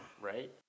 right